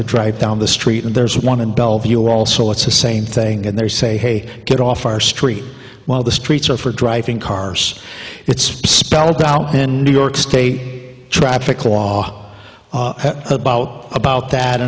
to drive down the street and there's one in bellevue also it's the same thing and they say get off our street while the streets are for driving cars it's spelled out in new york state traffic law about about that